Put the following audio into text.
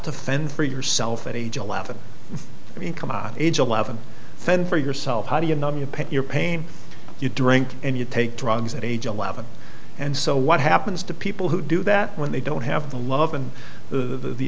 to fend for yourself at age eleven i mean come on age eleven fend for yourself how do you know you pick your pain you drink and you take drugs at age eleven and so what happens to people who do that when they don't have the love and the